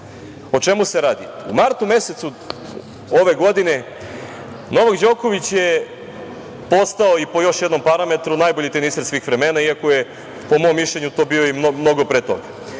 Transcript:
O čemu se radi? U martu mesecu ove godine, Novak Đoković je postao i po još jednom parametru najbolji teniser svih vremena, iako je po mom mišljenju to bio mnogo pre